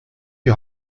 die